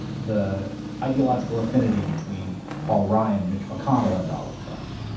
the ideological affinity between paul ryan, mitch mcconnell, and donald trump.